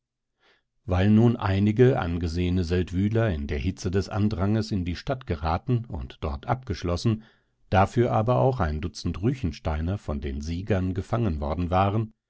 weil nun einige angesehene seldwyler in der hitze des andranges in die stadt geraten und dort abgeschlossen dafür aber auch ein dutzend ruechensteiner von den siegern gefangen worden waren